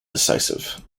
decisive